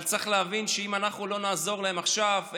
אבל צריך להבין שאם אנחנו לא נעזור להם עכשיו,